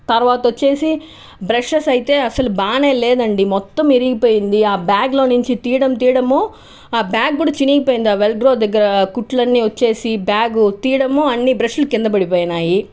తరువాత వచ్చేసి బ్రషెస్ అయితే అసలు బాగానే లేదు అండి మొత్తం విరిగిపోయింది ఆ బ్యాగ్లో నుంచి తీయడం తీయడము ఆ బ్యాగ్ కూడా చినిగిపోయింది ఆ వెల్క్రో దగ్గర కుట్లు అన్నీ వచ్చేసి బ్యాగ్ తీయడము అన్ని బ్రష్లు కింద పడిపోయానాయి